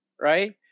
right